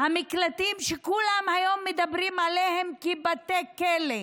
המקלטים, שכולם היום מדברים עליהם כבתי כלא,